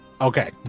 Okay